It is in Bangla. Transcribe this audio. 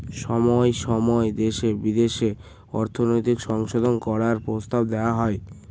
সময় সময় দেশে বিদেশে অর্থনৈতিক সংশোধন করার প্রস্তাব দেওয়া হয়